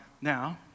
now